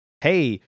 hey